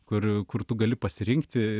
kur kur tu gali pasirinkti